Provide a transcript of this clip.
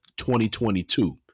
2022